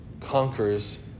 conquers